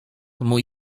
mój